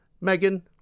Megan